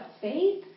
faith